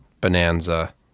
bonanza